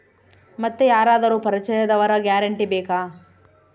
ಮತ್ತೆ ಯಾರಾದರೂ ಪರಿಚಯದವರ ಗ್ಯಾರಂಟಿ ಬೇಕಾ?